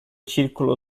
circolo